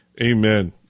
amen